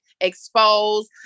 expose